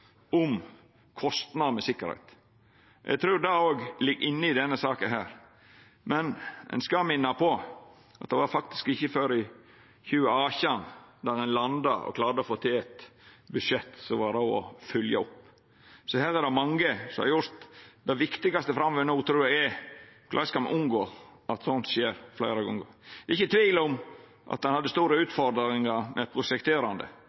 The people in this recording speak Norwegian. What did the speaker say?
om kostnader ved sikkerheit. Eg trur det òg ligg inne i denne saka, men ein skal minna om at det faktisk ikkje var før i 2018 ein landa og klarte å få til eit budsjett som var råd å fylgja opp. Så her er det mange som har gjort noko. Det viktigaste framover no trur eg er korleis me skal unngå at slikt skjer fleire gonger. Det er ikkje tvil om at ein hadde store utfordringar med dei prosjekterande,